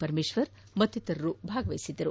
ಪರಮೇಶ್ವರ್ ಮತ್ತಿತರರು ಭಾಗವಹಿಸಿದ್ದರು